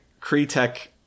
Kree-Tech